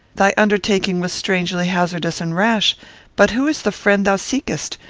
thy undertaking was strangely hazardous and rash but who is the friend thou seekest?